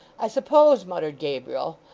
i suppose muttered gabriel,